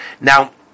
Now